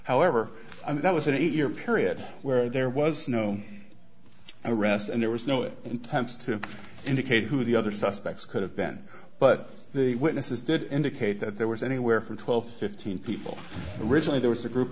however that was an eight year period where there was no i rest and there was no it intends to indicate who the other suspects could have been but the witnesses did indicate that there was anywhere from twelve to fifteen people originally there was a group